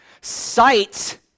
Sight